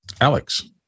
Alex